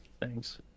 Thanks